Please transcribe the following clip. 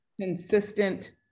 consistent